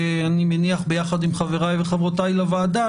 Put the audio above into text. אני מניח ביחד עם חבריי וחברותיי לוועדה,